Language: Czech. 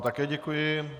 Také děkuji.